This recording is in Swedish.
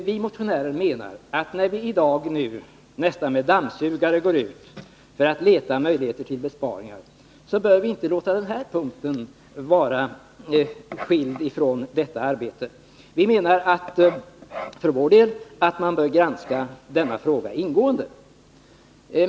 Vi motionärer menar att när vi i dag går ut och letar möjligheter till besparingar nästan med dammsugare, så bör vi inte låta det här området gå fritt från det arbetet. Vi menar att man bör granska denna fråga ingående.